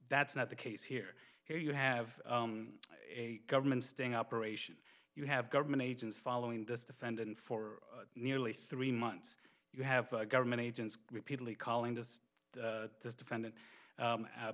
that's not the case here where you have a government sting operation you have government agents following this defendant for nearly three months you have a government agency repeatedly calling just this defendant